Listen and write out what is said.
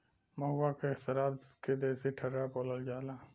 महुआ के सराब के देसी ठर्रा बोलल जाला